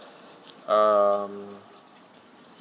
um